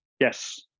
Yes